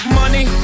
money